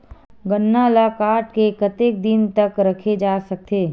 गन्ना ल काट के कतेक दिन तक रखे जा सकथे?